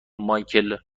مایکل